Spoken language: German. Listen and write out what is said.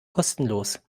kostenlos